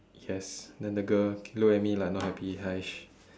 yes then the girl she look at me like not happy !hais!